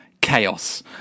chaos